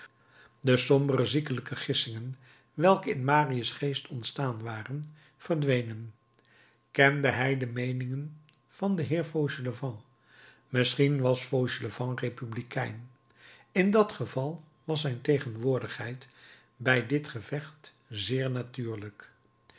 de sombere ziekelijke gissingen welke in marius geest ontstaan waren verdwenen kende hij de meeningen van den heer fauchelevent misschien was fauchelevent republikein in dat geval was zijn tegenwoordigheid bij dit gevecht zeer natuurlijk